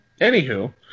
Anywho